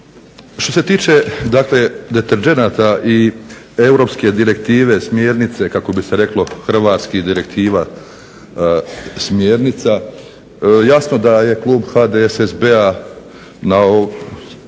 Što se tiče dakle deterdženata i europske direktive, smjernice kako bi se reklo hrvatski direktiva smjernica, jasno da je klub HDSSB-a dakle